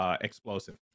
explosive